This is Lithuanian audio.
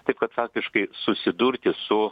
taip kad faktiškai susidurti su